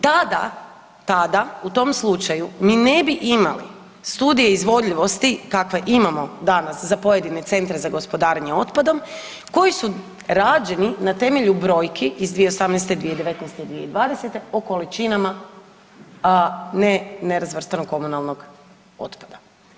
Tada, tada u tom slučaju mi ne bi imali studije izvodljivosti kakve imamo danas za pojedine Centre za gospodarenje otpadom koji su rađeni na temelju brojki iz 2018., 2019. i 2020. o količinama ne nerazvrstanog komunalnog otpada.